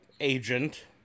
agent